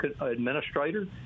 administrator